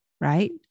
right